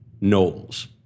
Knowles